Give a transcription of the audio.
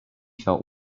felt